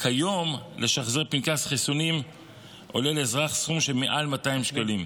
כיום לשחזר פנקס חיסונים עולה לאזרח סכום של מעל 200 שקלים,